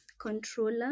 controller